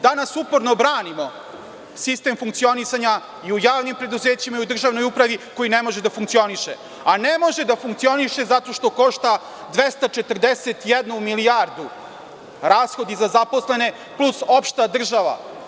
Danas uporno branimo sistem funkcionisanja i u javnim preduzećima i u državnoj upravi, koji ne može da funkcioniše, a ne može da funkcioniše zato što košta 241 milijardu, rashodi za zaposlene, plus opšta država.